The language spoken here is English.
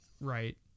Right